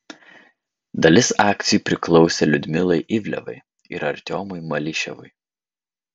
dalis akcijų priklausė liudmilai ivlevai ir artiomui malyševui